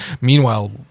Meanwhile